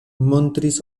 montris